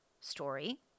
story